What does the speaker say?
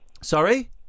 Sorry